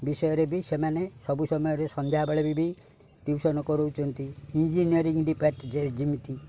ବିଷୟରେ ବି ସେମାନେ ସବୁ ସମୟରେ ସନ୍ଧ୍ୟାବେଳେ ବି ଟିଉସନ୍ କରଉଛନ୍ତି ଇଞ୍ଜିନିୟରିଂ ଡିପାର୍ଟମେଣ୍ଟ ଯେମିତି